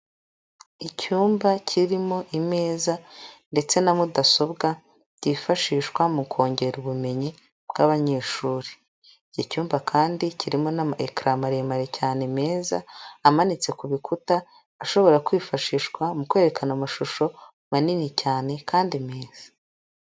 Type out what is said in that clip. Icyumba kirimo imeza ndetse na mudasobwa byifashishwa mu kongera ubumenyi bw'abanyeshuri, icyumba kandi kirimo n'ama ecra maremare cyane meza amanitse ku bikuta, ashobora kwifashishwa mu kwerekana amashusho manini cyane kandi meza.